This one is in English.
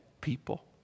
people